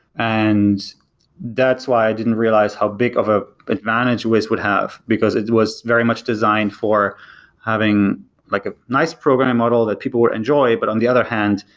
and that's why i didn't realize how big of an ah advantage wiz would have, because it was very much designed for having like a nice program model that people would enjoy, but on the other hand,